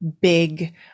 big